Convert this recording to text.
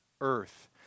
earth